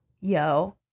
yo